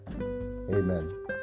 Amen